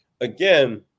again